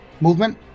movement